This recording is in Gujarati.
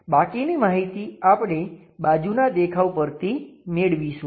બાકીની માહિતી આપણે બાજુના દેખાવ પરથી મેળવીશું